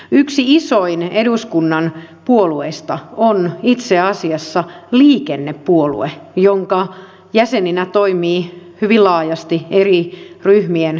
yksi isoin eduskunnan puolueista on itse asiassa liikennepuolue jonka jäseninä toimivat hyvin laajasti eri ryhmien kansanedustajat